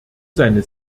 seine